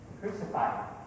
crucified